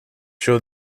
show